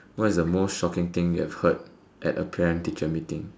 what is the most shocking thing you have heard at a parent teacher meeting